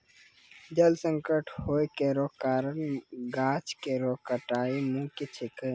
जल संकट होय केरो कारण गाछ केरो कटाई मुख्य छिकै